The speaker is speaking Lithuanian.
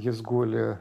jis guli